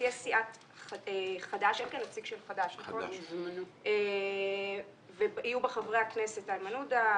יש נציג של חד"ש ויהיו בה חברי הכנסת: איימן עודה,